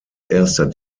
erster